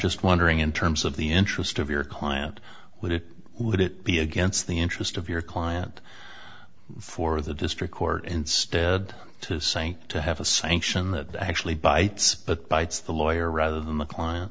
just wondering in terms of the interest of your client would it would it be against the interest of your client for the district court instead to sink to have a sanction that actually bites but bites the lawyer rather than the client